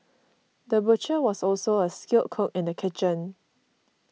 the butcher was also a skilled cook in the kitchen